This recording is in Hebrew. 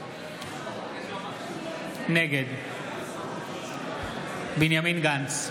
נגד בנימין גנץ,